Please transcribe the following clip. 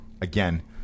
Again